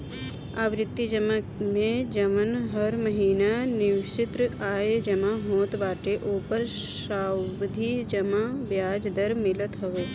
आवर्ती जमा में जवन हर महिना निश्चित आय जमा होत बाटे ओपर सावधि जमा बियाज दर मिलत हवे